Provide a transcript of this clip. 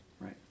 Right